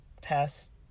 past